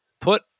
Put